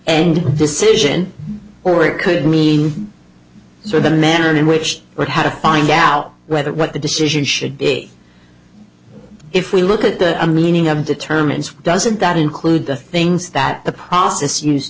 end decision or it could mean for the manner in which it had to find out whether what the decision should be if we look at the a meaning of determines what doesn't that include the things that the process used